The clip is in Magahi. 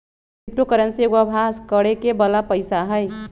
क्रिप्टो करेंसी एगो अभास करेके बला पइसा हइ